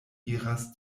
iras